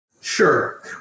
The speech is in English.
Sure